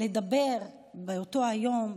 לדבר באותו היום,